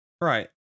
Right